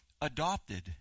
adopted